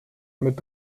mit